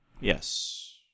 Yes